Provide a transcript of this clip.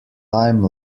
time